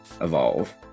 evolve